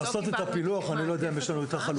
לעשות את הפילוח אני לא יודע אם יש לנו את החלוקה.